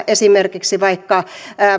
esimerkiksi vaikka jonkinlaista